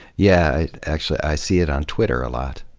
yeah. actually i see it on twitter a lot.